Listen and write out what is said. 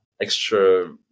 extra